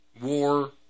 war